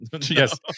Yes